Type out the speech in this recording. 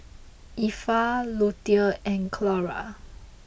Effa Lutie and Clora